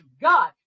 God